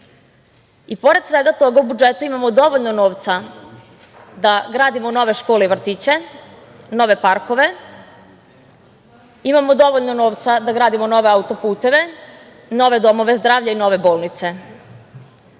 Gorom. Pored svega toga u budžetu imamo dovoljno novca da gradimo nove škole i vrtiće, nove parkove, imamo dovoljno novca da gradimo nove auto-puteve, nove domove zdravlja i nove bolnice.